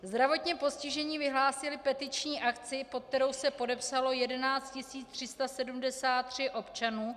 Zdravotně postižení vyhlásili petiční akci, pod kterou se podepsalo 11 373 občanů.